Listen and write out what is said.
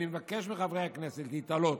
אני מבקש מחברי הכנסת להתעלות.